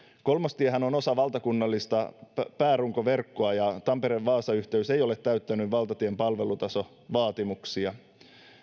kolmostiehän on osa valtakunnallista päärunkoverkkoa ja tampere vaasa yhteys ei ole täyttänyt valtatien palvelutasovaatimuksia